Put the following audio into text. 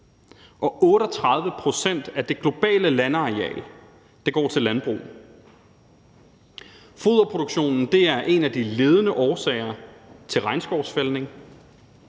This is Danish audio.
38 pct. af det globale landareal, går til landbrug. Foderproduktionen er en af de ledende årsager til regnskovsfældning.